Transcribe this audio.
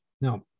Now